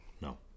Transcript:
No